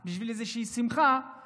או בשביל איזושהי שמחה,